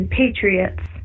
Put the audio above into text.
patriots